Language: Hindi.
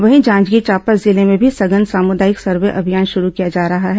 वहीं जांजगीर चांपा जिले में भी सघन सामुदायिक सर्वे अभियान शुरू किया जा रहा है